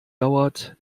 dauert